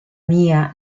mia